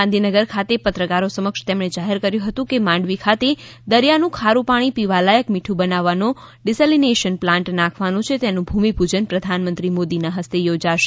ગાંધીનગર ખાતે પત્રકારો સમક્ષ તેમણે જાહેર કર્યું હતું કે માંડવી ખાતે દરિયાનું ખારુ પાણી પીવાલાયક મીઠું બનાવવાનો ડિસેલીનેશન પ્લાન્ટ નાંખવાનો છે તેનું ભૂમિપૂજન પ્રધાનમંત્રી મોદીના હસ્તે યોજાશે